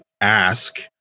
ask